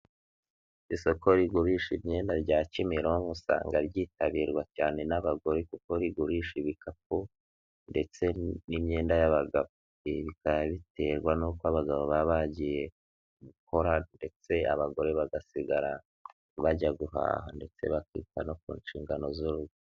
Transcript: Isoko rigurisha imyenda rya kimironko usanga ryitabirwa cyane n'abagore, kuko rigurisha ibikapu ndetse n'imyenda y'abagabo, ibi bikaba biterwa n'uko abagabo baba bagiye gukora, ndetse abagore bagasira bajya guhaha, ndetse bakita no ku nshingano z'urugo.